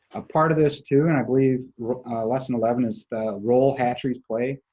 ah part of this, too, and i believe lesson eleven is the role hatcheries play.